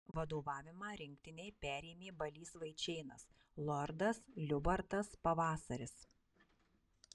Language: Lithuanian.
vadovavimą rinktinei perėmė balys vaičėnas lordas liubartas pavasaris